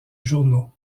journaux